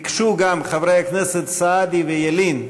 ביקשו גם חברי הכנסת סעדי וילין.